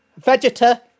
Vegeta